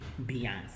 Beyonce